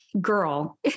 Girl